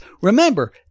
Remember